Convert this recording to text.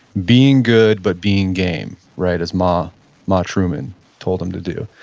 being good, but being game, right? as ma ma truman told him to do.